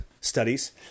studies